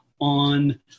on